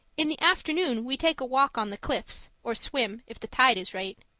in the afternoon we take a walk on the cliffs, or swim, if the tide is right.